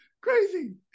crazy